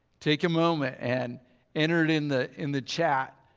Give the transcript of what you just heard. take a moment and enter it in the in the chat.